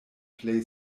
plej